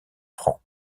francs